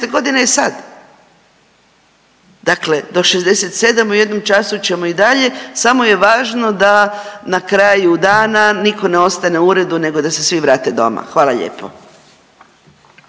godina je sad. Dakle, do 67 u jednom času ćemo i dalje samo je važno da na kraju dana niko ne ostane u uredu nego da se svi vrate doma. Hvala lijepo.